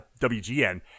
WGN